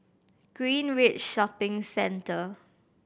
Greenridge Shopping Centre